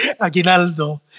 Aguinaldo